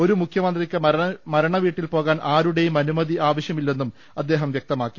ഒരു മുഖ്യമന്ത്രിക്ക് മരണവീട്ടിൽ പോകാൻ ആരുടെയും അനുമതി ആവശ്യമില്ലെന്നും അദ്ദേഹം വൃക്തമാക്കി